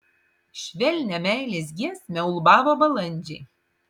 švelnią meilės giesmę ulbavo balandžiai